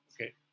Okay